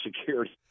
security